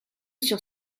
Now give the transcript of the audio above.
sur